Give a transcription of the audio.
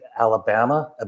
Alabama